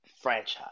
franchise